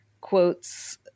quotes